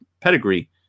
pedigree